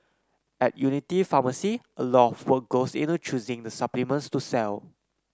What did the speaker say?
at Unity Pharmacy a lot of work goes into choosing the supplements to sell